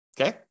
okay